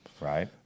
right